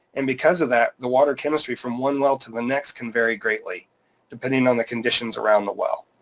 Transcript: and because of that, the water chemistry from one well to the next can vary greatly depending on the conditions around the well.